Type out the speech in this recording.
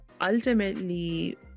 ultimately